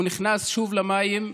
הוא נכנס שוב למים,